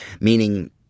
Meaning